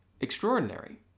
extraordinary